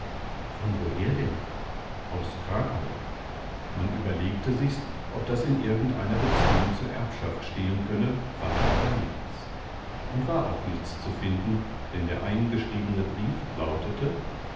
von woher denn aus krakau man überlegte sich's ob das in irgend einer beziehung zur erbschaft stehen könne fand aber nichts und war auch nichts zu finden denn der eingeschriebene brief lautete